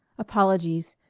apologies,